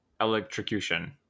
Electrocution